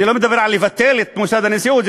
אני לא מדבר על לבטל את מוסד הנשיאות,